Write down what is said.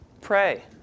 pray